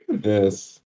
Yes